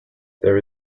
there